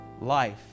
life